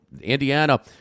Indiana